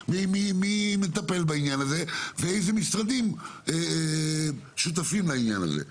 ומטפל בעניין הזה ואיזה משרדים שותפים לעניין הזה.